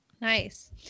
nice